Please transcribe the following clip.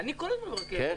אני כל הזמן ברכבת.